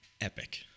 epic